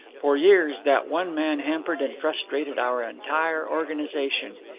for years that one man hampered and frustrated our entire organization.